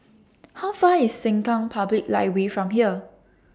How Far IS Sengkang Public Library from here